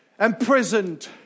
imprisoned